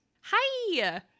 Hi